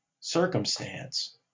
circumstance